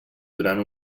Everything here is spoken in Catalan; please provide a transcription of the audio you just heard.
durant